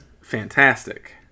fantastic